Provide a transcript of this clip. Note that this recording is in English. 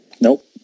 Nope